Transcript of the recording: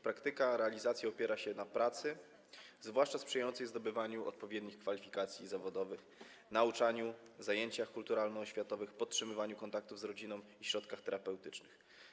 Praktyka ich realizacji opiera się na pracy, zwłaszcza sprzyjającej zdobywaniu odpowiednich kwalifikacji zawodowych, nauczaniu, zajęciach kulturalno-oświatowych, podtrzymywaniu kontaktów z rodziną i środkach terapeutycznych.